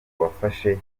wafashe